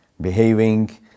behaving